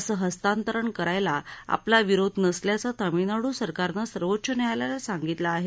असं हस्तांतरण करायला आपला विरोध नसल्याचं तमिळनाडू सरकारनं सर्वोच्च न्यायालयाला सांगितलं आहे